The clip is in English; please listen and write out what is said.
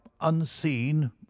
unseen